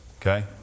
okay